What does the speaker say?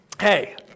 Hey